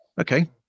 okay